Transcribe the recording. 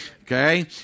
okay